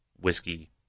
whiskey